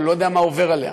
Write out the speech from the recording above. או אני לא יודע מה עובר עליה.